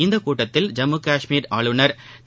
இக்கூட்டத்தில் ஜம்மு காஷ்மீர் ஆளுநர் திரு